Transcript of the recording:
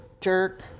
jerk